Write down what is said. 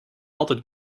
altijd